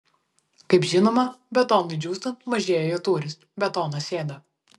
kaip žinoma betonui džiūstant mažėja jo tūris betonas sėda